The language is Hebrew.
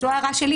זו הערה שלי.